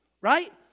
Right